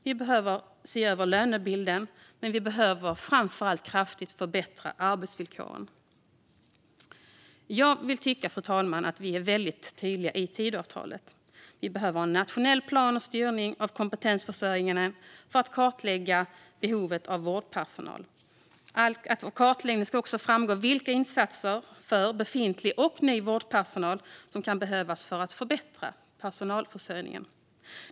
Vi behöver se över lönebilden, men vi behöver framför allt kraftigt förbättra arbetsvillkoren. Jag vill tycka, fru talman, att vi är väldigt tydliga i Tidöavtalet: Vi behöver en nationell plan och styrning av kompetensförsörjningen för att kartlägga behovet av vårdpersonal. Av kartläggningen ska också framgå vilka insatser för befintlig och ny vårdpersonal som kan behövas för att förbättra personalförsörjningen.